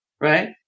Right